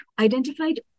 identified